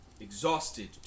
exhausted